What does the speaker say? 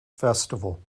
festival